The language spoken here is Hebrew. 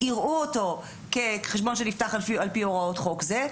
יראו אותו כחשבון שנפתח על פי הוראות חוק זה,